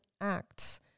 Act